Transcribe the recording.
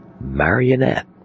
marionette